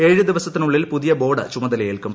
ഏഴ് ദിവസത്തിനുള്ളിൽ പുതിയ ബോർഡ് ചുമതലയേൽക്കും